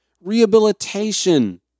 rehabilitation